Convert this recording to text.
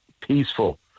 peaceful